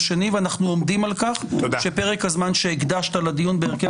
ביום שני ואנחנו עומדים על כך שפרק הזמן שהקדשת לדיון בהרכב